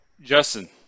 Justin